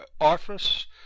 office